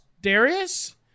Darius